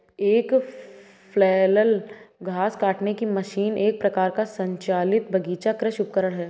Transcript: एक फ्लैल घास काटने की मशीन एक प्रकार का संचालित बगीचा कृषि उपकरण है